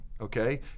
okay